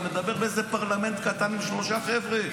אתה חושב שאתה מדבר באיזה פרלמנט קטן עם שלושה חבר'ה.